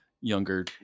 younger